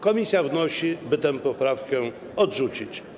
Komisja wnosi, aby tę poprawkę odrzucić.